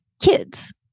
kids